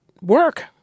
work